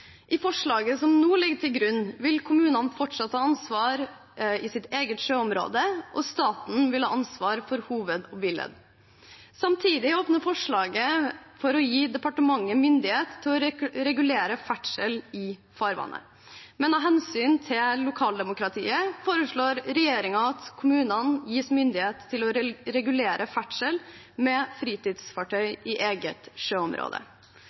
I forslaget som nå ligger til grunn, vil kommunene fortsatt ha ansvar i sitt eget sjøområde, og staten vil ha ansvar for hoved- og biled. Samtidig åpner forslaget for å gi departementet myndighet til å regulere ferdsel i farvannet, men av hensyn til lokaldemokratiet foreslår regjeringen at kommunene gis myndighet til å regulere ferdsel med fritidsfartøy i eget sjøområde.